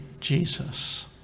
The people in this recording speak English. Jesus